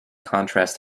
contrast